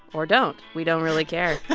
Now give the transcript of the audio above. or don't. we don't really care.